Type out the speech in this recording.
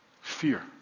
Fear